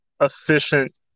efficient